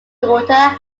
daughter